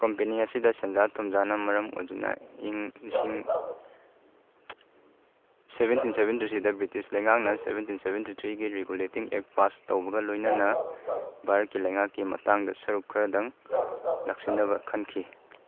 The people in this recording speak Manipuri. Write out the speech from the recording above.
ꯀꯝꯄꯦꯅꯤ ꯑꯁꯤꯗ ꯁꯦꯟꯖꯥ ꯊꯨꯝꯖꯥꯅ ꯃꯔꯝ ꯑꯣꯏꯗꯨꯅ ꯏꯪ ꯂꯤꯁꯤꯡ ꯁꯕꯦꯟꯇꯤꯟ ꯁꯕꯦꯟꯇꯤ ꯊ꯭ꯔꯤꯗ ꯕ꯭ꯔꯤꯇꯤꯁ ꯂꯩꯉꯥꯛꯅ ꯁꯕꯦꯟꯇꯤꯟ ꯁꯕꯦꯟꯇꯤ ꯊ꯭ꯔꯤꯒꯤ ꯔꯤꯒꯨꯂꯦꯇꯤꯡ ꯑꯦꯛ ꯄꯥꯁ ꯇꯧꯕꯒ ꯂꯣꯏꯅꯅ ꯚꯥꯔꯠꯀꯤ ꯂꯩꯉꯥꯛꯀꯤ ꯃꯇꯥꯡꯗ ꯁꯔꯨꯛ ꯈꯔꯗꯪ ꯂꯥꯛꯁꯤꯟꯅꯕ ꯈꯟꯈꯤ